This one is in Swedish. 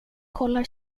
kollar